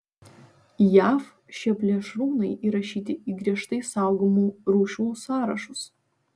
jav šie plėšrūnai įrašyti į griežtai saugomų rūšių sąrašus